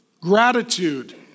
gratitude